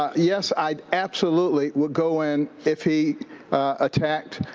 yes, i'd absolutely would go in if he attacked.